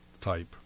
type